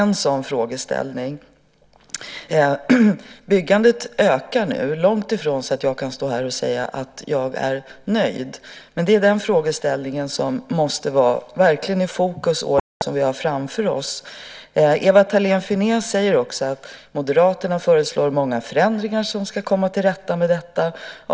Nu ökar byggandet, visserligen långt ifrån så snabbt att jag kan säga att jag är nöjd, men det är den frågeställningen som verkligen måste stå i fokus under de år vi nu har framför oss. Ewa Thalén Finné säger att Moderaterna föreslår många förändringar som skulle medföra att vi kunde komma till rätta med bristen.